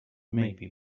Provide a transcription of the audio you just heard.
maybe